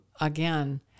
Again